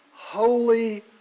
holy